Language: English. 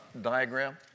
diagram